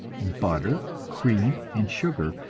butter, cream, and sugar,